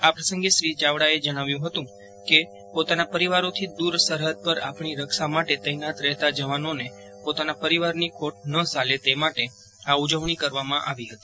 આ પ્રસંગે શ્રી ચાવડાએ જણાવ્યું હતું કે પોતાના પરિવારોથી દૂર સરહદ પર આપણી રક્ષા માટે તૈનાત રહેતા જવાનોને પોતાના પરિવારની ખોટ ન સાલે તે માટે આ ઉજવણી કરવામાં આવી હતી